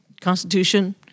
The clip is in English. Constitution